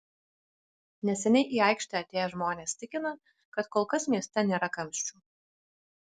neseniai į aikštę atėję žmonės tikina kad kol kas mieste nėra kamščių